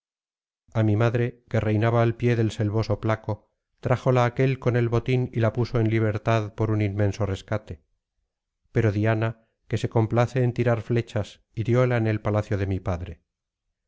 a mi madre que reinaba al pie del selvoso placo trájola aquél con el botín y la puso en libertad por un inmenso rescate pero diana que se complace en tirar flechas hirióla en el palacio de mi padre